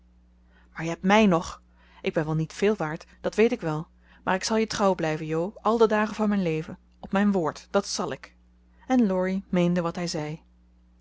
maar je hebt mij nog ik ben wel niet veel waard dat weet ik wel maar ik zal je trouw blijven jo al de dagen van mijn leven op mijn woord dat zal ik en laurie meende wat hij zei